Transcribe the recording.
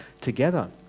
together